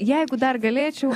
jeigu dar galėčiau